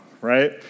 right